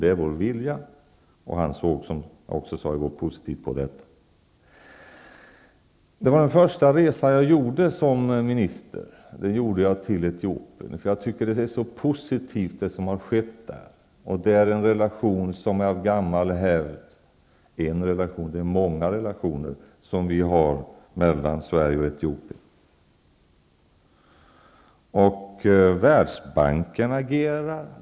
Han såg, som jag också sade i går, positivt på detta. Den första resan jag gjorde som minister gjorde jag till Etiopien, för jag tycker att det som sker där är så positivt, och vi har av gammal hävd många relationer mellan Sverige och Etiopien. Världsbanken agerar.